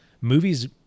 movies